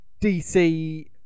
DC